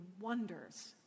wonders